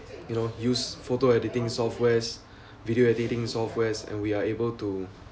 you know use photo editing softwares video editing softwares and we are able to